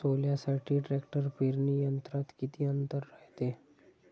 सोल्यासाठी ट्रॅक्टर पेरणी यंत्रात किती अंतर रायते?